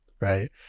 right